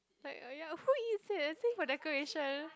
like uh ya like who eats it I think for decoration